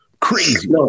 Crazy